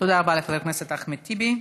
תודה רבה לחבר הכנסת אחמד טיבי.